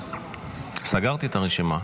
סגרתי את הרשימה.